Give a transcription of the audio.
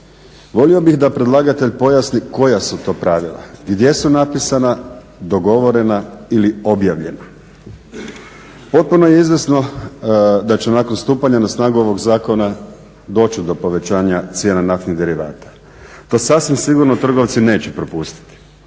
Volio bih da predlagatelj pojasni koja su to pravila i gdje su napisana, dogovorena ili objavljena. Potpuno je izvjesno da će nakon stupanja na snagu ovog zakona doći do povećanja cijena naftnih derivata. To sasvim sigurno trgovci neće propustiti